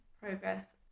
progress